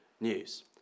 news